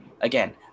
again